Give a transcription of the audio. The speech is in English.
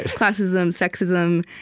classism, sexism.